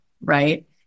Right